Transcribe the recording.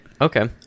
Okay